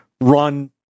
run